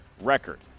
record